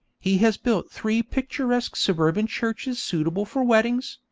he has built three picturesque suburban churches suitable for weddings,